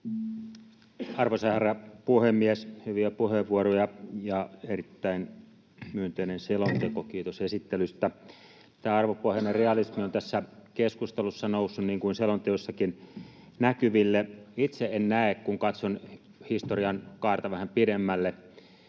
Arvoisa herra puhemies! Hyviä puheenvuoroja ja erittäin myönteinen selonteko — kiitos esittelystä. Tämä ”arvopohjainen realismi” on tässä keskustelussa noussut, niin kuin selonteossakin, näkyville. Itse en näe, kun katson historian kaarta vähän pidemmälle,